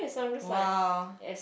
!wow!